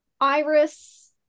Iris